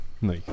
No